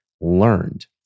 Learned